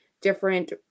different